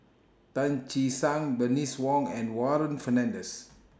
Tan Che Sang Bernice Wong and Warren Fernandez